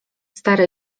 stary